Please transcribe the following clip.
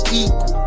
equal